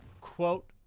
quote